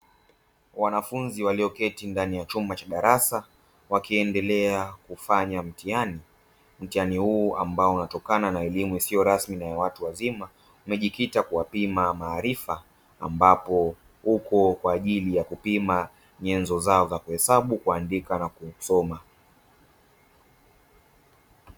Wanafunzi walioketi ndani ya chumba cha darasa wakiendelea kufanya mtihani, mtihani huu ambao unaotokana na elimu isiyo rasmi na ya watu wazima umejikita kuwapima maarifa ambapo upo kwaajili ya kupima nyenzo zao za kuhesabu kuandika na kusoma.